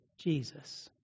Jesus